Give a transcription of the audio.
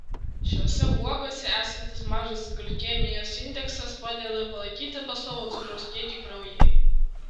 šiose uogose esantis mažas glikemijos indeksas padeda palaikyti pastovų cukraus kiekį kraujyje